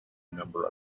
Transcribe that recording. number